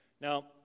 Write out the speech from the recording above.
Now